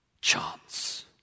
chance